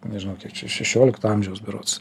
nežinau kiek čia šešiolikto amžiaus berods